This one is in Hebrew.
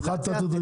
הפחתת את הדרישות?